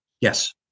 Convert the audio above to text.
Yes